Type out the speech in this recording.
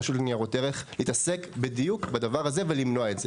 הרשות לניירות ערך להתעסק בדיוק בדבר הזה ולמנוע אותו.